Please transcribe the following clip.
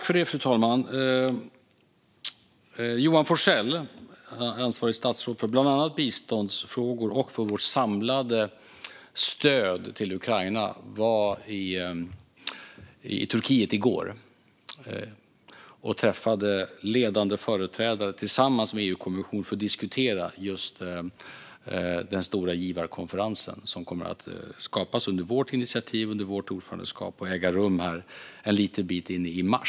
Fru talman! Johan Forssell, ansvarigt statsråd för bland annat biståndsfrågor och vårt samlade stöd till Ukraina, var i Turkiet i går och träffade ledande företrädare tillsammans med EU-kommissionen för att diskutera just den stora givarkonferens som kommer att skapas på vårt initiativ under vårt ordförandeskap och äga rum här en liten bit in i mars.